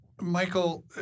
Michael